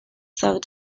though